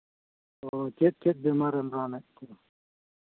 ᱚᱻ ᱪᱮᱫ ᱪᱮᱫ ᱵᱤᱢᱟᱨᱮᱢ ᱨᱟᱱᱮᱫ ᱠᱚᱣᱟ